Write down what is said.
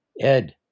Ed